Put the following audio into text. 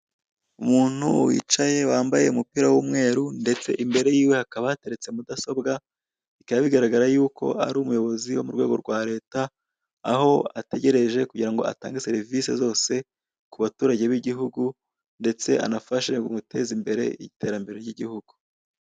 Umuntu wicaye, wambaye umupira w'umweru, ndetse imbere y'iwe hakaba hateretse mudasobwa, bikaba bigaragara yuko ari umuyobozi wo ku rwego rwa leta, aho ategereje kugira ngo atange serivise zose ku baturage b'igihugu, ndetse anafashe mu guteza imbere iterambere ry'igihugu.